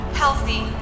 healthy